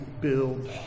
build